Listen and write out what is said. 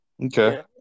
Okay